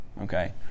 Okay